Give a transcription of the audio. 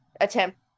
attempt